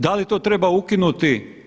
Da li to treba ukinuti?